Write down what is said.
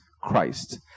Christ